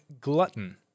glutton